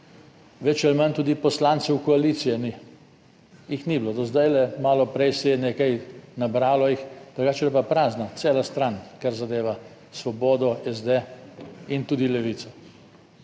Več ali manj tudi poslancev koalicije ni, jih ni bilo. Do zdaj, malo prej se je nekaj nabralo jih, drugače je bila pa prazna cela stran, kar zadeva svobodo SD in tudi Levica.